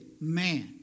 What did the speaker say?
man